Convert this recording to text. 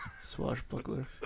Swashbuckler